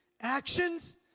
actions